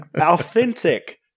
authentic